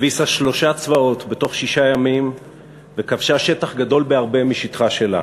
הביסה שלושה צבאות בתוך שישה ימים וכבשה שטח גדול בהרבה משטחה שלה.